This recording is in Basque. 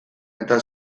eta